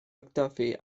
mcduffie